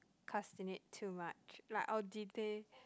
~castinate too much like I'll delay